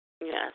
Yes